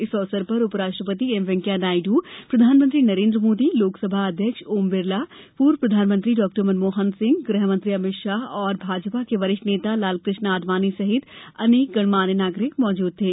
इस अवसर पर उपराष्ट्रपति एम वैंकेया नायडू प्रधानमंत्री नरेन्द्र मोदी लोकसभा अध्यक्ष ओम बिरला पूर्व प्रधानमंत्री डॉक्टर मनमोहन सिंह गृह मंत्री अमित शाह और भाजपा के वरिष्ठ नेता लालकृष्ण आडवाणी सहित अनेक गणमान्य नागरिक मौजूद थे